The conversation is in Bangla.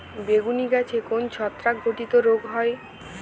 বেগুন গাছে কোন ছত্রাক ঘটিত রোগ হয়?